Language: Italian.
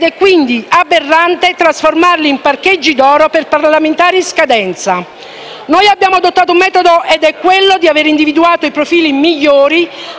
ed è quindi aberrante trasformarli in parcheggi d'oro per parlamentari in scadenza. Noi abbiamo adottato un metodo ed è quello di aver individuato i profili migliori,